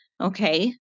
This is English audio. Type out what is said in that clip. okay